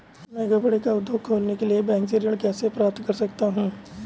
मैं कपड़े का उद्योग खोलने के लिए बैंक से ऋण कैसे प्राप्त कर सकता हूँ?